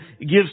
gives